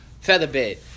Featherbed